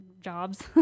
jobs